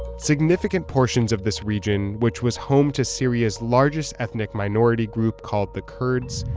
significant portions of this region, which was home to syria's largest ethnic minority group called the kurds,